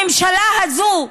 הממשלה הזו,